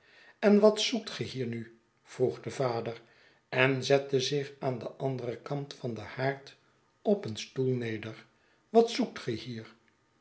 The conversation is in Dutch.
en wat zoekt ge hier nu vroeg de vader en zette zich aan den anderen kant van den haard op een stoel neder wat zoekt ge hier